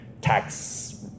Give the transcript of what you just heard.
tax